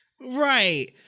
Right